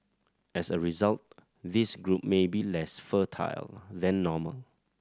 as a result this group may be less fertile than normal